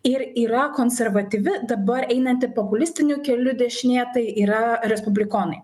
ir yra konservatyvi dabar einanti populistiniu keliu dešinė tai yra respublikonai